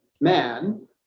man